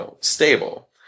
stable